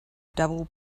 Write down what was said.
double